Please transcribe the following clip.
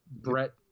Brett